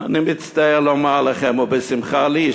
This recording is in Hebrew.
אני מצטער לומר לכם ובשמחה לי,